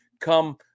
come